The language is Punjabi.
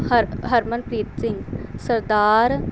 ਹਰ ਹਰਮਨਪ੍ਰੀਤ ਸਿੰਘ ਸਰਦਾਰ